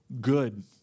good